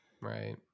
Right